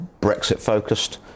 Brexit-focused